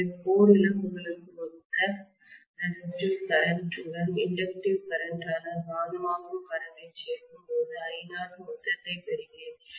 எனவே கோர் இழப்புகளுக்கு ஒத்த ரெசிஸ்டிவ் கரண்ட் உடன் இண்டக்டிவ்கரண்ட் ஆன காந்தமாக்கும் கரண்ட் ஐ சேர்க்கும்போது Io மொத்தத்தைப் பெறுகிறேன்